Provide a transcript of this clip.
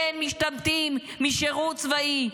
כן, משתמטים משירות צבאי.